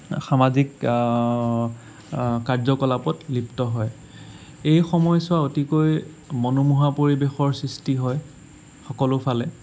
সামাজিক কাৰ্যকলাপত লিপ্ত হয় এই সময়চোৱা অতিকৈ মনমোহা পৰিৱেশৰ সিষ্টি হয় সকলো ফালে